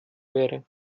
wäre